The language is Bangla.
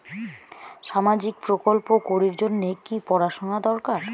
সামাজিক প্রকল্প করির জন্যে কি পড়াশুনা দরকার?